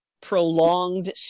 prolonged